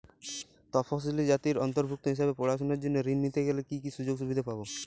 তফসিলি জাতির অন্তর্ভুক্ত হিসাবে পড়াশুনার জন্য ঋণ নিতে গেলে কী কী সুযোগ সুবিধে পাব?